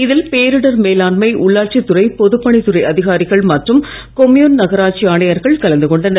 இதில் பேரிடர் மேலாண்மை உள்ளாட்சித்துறை பொதுப்பணித்துறை அதிகாரிகள் மற்றும் கொம்யூன் நகராட்சி ஆணையர்கள் கலந்து கொண்டனர்